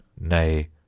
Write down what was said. Nay